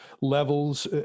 levels